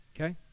Okay